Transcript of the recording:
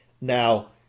Now